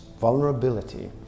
vulnerability